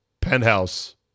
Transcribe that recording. penthouse